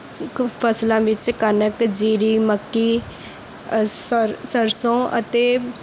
ਕ ਫ਼ਸਲਾਂ ਵਿੱਚ ਕਣਕ ਜੀਰੀ ਮੱਕੀ ਸਰ ਸਰਸੋਂ ਅਤੇ